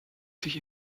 sich